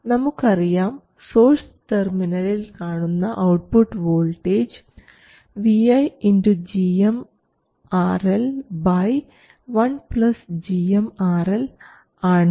നമുക്കറിയാം സോഴ്സ് ടെർമിനലിൽ കാണുന്ന output voltage Vi gmRL 1 gm RL ആണ്